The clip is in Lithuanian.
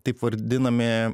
taip vardinami